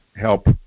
help